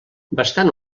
bastant